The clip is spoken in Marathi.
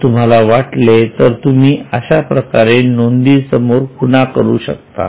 जर तुम्हाला वाटले तर तुम्ही अशाप्रकारे नोंदीसमोर खुणा करू शकता